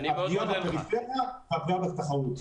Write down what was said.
הפגיעה בפריפריה והפגיעה בתחרות.